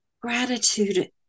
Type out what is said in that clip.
Gratitude